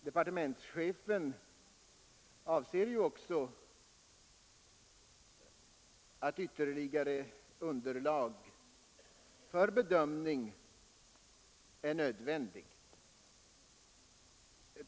Departementschefen anser ju också att ytterligare underlag för en bedömning är nödvändigt.